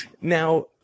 Now